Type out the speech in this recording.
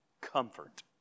Comfort